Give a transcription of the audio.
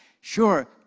Sure